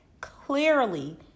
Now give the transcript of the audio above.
clearly